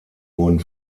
wurden